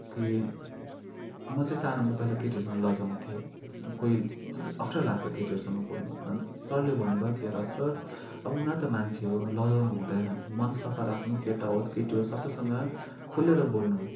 कि म चाहिँ सानोमा पहिला केटीहरूसँग लजाउथेँ कोही अप्ठ्यारो लाग्थ्यो केटीहरू सँग बोल्नु अन्त सरले भन्नुभयो कि हेर असरद अब उनीहरू त मान्छे हो लजाउँनु हुँदैन मन सफा राख्नु केटो होस् केटी होस् सबैसँग खुलेर बोल्नु